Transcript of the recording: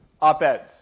op-eds